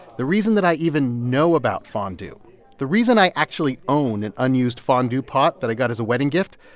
the reason that i even know about fondue, the reason i actually own an unused fondue pot that i got as a wedding gift,